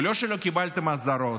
ולא שלא קיבלתם אזהרות,